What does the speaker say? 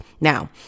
Now